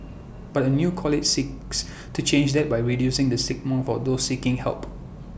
but A new college seeks to change that by reducing the stigma for those seeking help